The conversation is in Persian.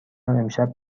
امشب